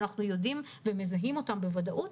ואנחנו מזהים אותם בוודאות.